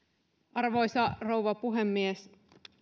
arvoisa rouva puhemies